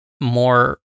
more